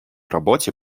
работе